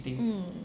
mm